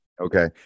Okay